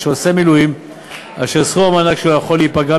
שעושה מילואים וסכום המענק שלו עלול להיפגע,